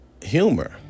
humor